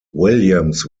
williams